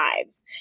lives